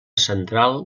central